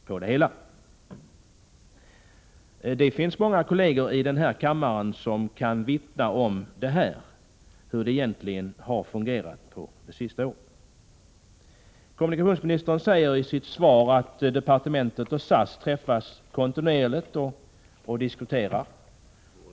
Det E R 3 Säg Fredagen den finns många kolleger i denna kammare som kan vittna om hur inrikesflyget 3 maj 1985 egentligen har fungerat det senaste året. Kommunikationsministern säger i sitt svar att företrädare för kommunika Om förbättrad sertionsdepartementet och SAS kontinuerligt träffas och diskuterar.